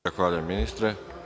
Zahvaljujem ministre.